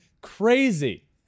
crazy